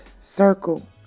circle